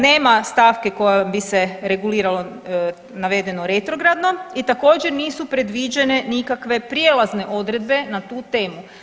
Nema stavke koja bi se regulirala navedeno retrogradno i također nisu predviđene nikakve prijelazne odredbe na tu temu.